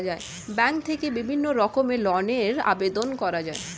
bank থেকে বিভিন্ন রকমের ঋণের আবেদন করা যায়